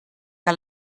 que